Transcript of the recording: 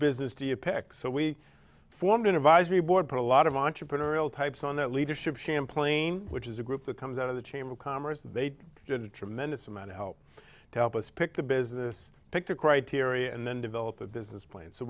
business do you pick so we formed an advisory board put a lot of entrepreneurial types on that leadership champlain which is a group that comes out of the chamber of commerce they did a tremendous amount to help to help us pick the business pick the criteria and then develop a business plan so